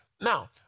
Now